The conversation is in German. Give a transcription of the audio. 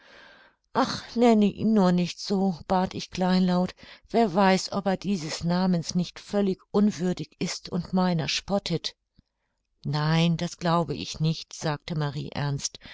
ach nenne ihn nur nicht so bat ich kleinlaut wer weiß ob er dieses namens nicht vielleicht völlig unwürdig ist und meiner spottet nein das glaube ich nicht sagte marie ernst